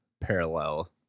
parallel